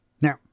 Now